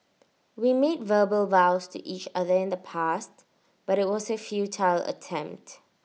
we made verbal vows to each other in the past but IT was A futile attempt